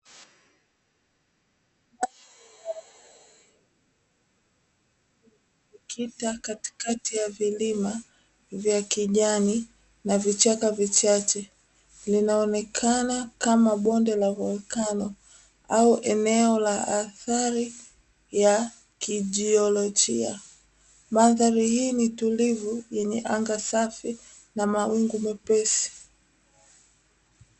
Kita katikati ya vilima vya kijani na vichaka vichache linaonekana kama bonde la volcano au enwo la athari ya kijiolojia, mandhari hii ni tulivu yenye anga safi na mawingu mepesi.